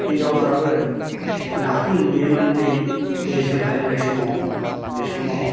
हिन्जावफ्राबो नाखौ नुयोमोन दै दैजों हालेवनाय समाव बे समाव